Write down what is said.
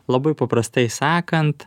labai paprastai sakant